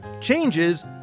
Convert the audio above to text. changes